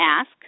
ask